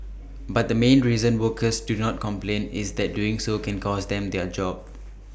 but the main reason workers do not complain is that doing so can cost them their job